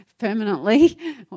Permanently